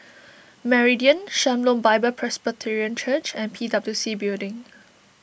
Meridian Shalom Bible Presbyterian Church and P W C Building